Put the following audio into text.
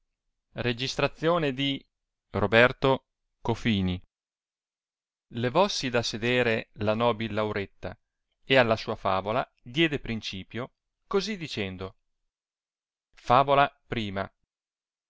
egli si tacque levossi da sedere la nobil lauretta e alla sua favola diede principio così dicendo favola